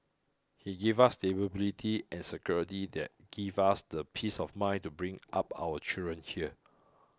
he gave us stability and security that give us the peace of mind to bring up our children here